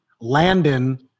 Landon